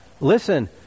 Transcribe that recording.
Listen